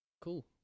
Cool